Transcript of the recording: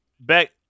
back